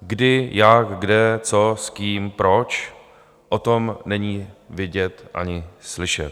kdy, jak, kde, co, s kým, proč, o tom není vidět ani slyšet.